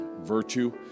virtue